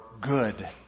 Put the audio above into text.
good